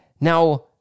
Now